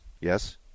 Yes